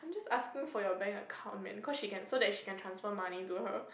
I'm just asking for your bank account man cause she can so that she can transfer money to her